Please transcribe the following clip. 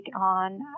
on